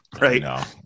Right